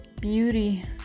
beauty